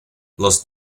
los